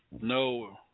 no